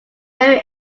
very